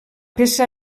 peça